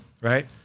Right